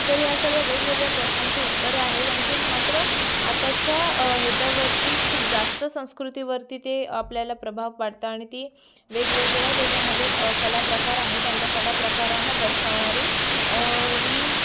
तरी या सगळ्या वेगवेगळ्या प्रश्नांची उत्तरे आहेत आणि ते मात्र आताच्या ह्याच्यावरती खूप जास्त संस्कृतीवरती ते आपल्याला प्रभाव पाडता आणि ती वेगवेगळ्या त्याच्यामध्ये कला प्रकार आहेत त्यांच्या कला प्रकारांना दर्शवणारी ही